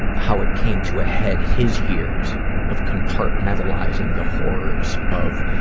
how it came to a head, his years of compartmentalizing the horrors of,